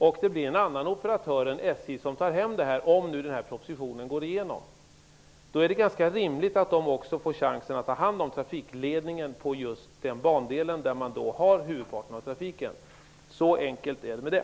Om propositionen går igenom och det blir en annan operatör än SJ som tar hem spelet, är det ganska rimligt att denne också får chansen att ta hand om trafikledningen på just den bandel där man har huvudparten av trafiken. Så enkelt är det med det.